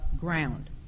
ground